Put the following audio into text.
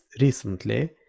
recently